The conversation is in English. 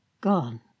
Gone